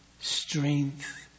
strength